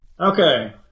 Okay